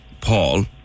Paul